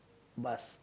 bus